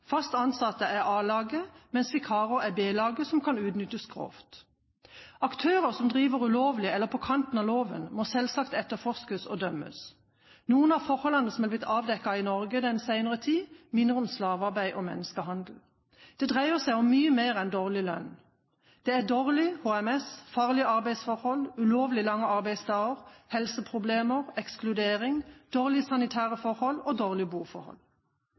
Fast ansatte er A-laget, mens vikarer er B-laget som kan utnyttes grovt. Aktører som driver ulovlig eller på kanten av loven, må selvsagt etterforskes og dømmes. Noen av forholdene som er blitt avdekket i Norge i den senere tid, minner om slavearbeid og menneskehandel. Det dreier seg om mye mer enn dårlig lønn. Det er dårlig HMS, farlige arbeidsforhold, ulovlig lange arbeidsdager, helseproblemer, ekskludering, dårlige sanitære forhold og dårlige boforhold.